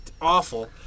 awful